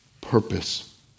purpose